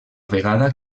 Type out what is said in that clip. vegada